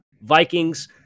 Vikings